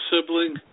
sibling